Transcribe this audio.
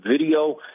video